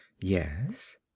Yes